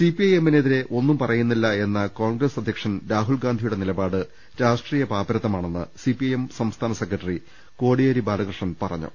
സിപിഐഎമ്മിനെതിരെ ഒന്നും പറ്യുന്നില്ല് എന്ന കോൺഗ്രസ് അധ്യക്ഷൻ രാഹുൽ ഗാന്ധിയുടെ നിലപാട് രാഷ്ട്രീയ പാപ്പരത്തമാ ണെന്ന് സിപിഐഎം സംസ്ഥാന സെക്രട്ടറി കോടിയേരി ബാലകൃ ഷ്ണൻ പറഞ്ഞു